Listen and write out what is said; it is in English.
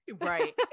Right